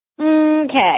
Okay